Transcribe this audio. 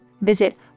Visit